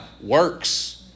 Works